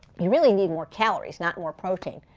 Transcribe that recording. you really need more calories, not more protein.